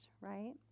right